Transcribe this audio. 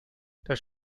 der